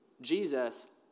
Jesus